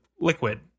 liquid